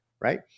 right